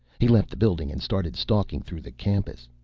he left the building and started stalking through the campus.